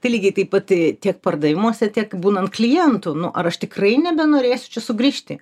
tai lygiai taip pat tiek pardavimuose tiek būnant klientu nu ar aš tikrai nebenorėsiu čia sugrįžti